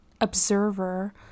observer